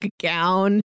gown